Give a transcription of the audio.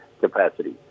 capacity